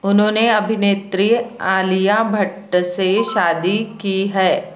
उन्होंने अभिनेत्री आलिया भट्ट से शादी की है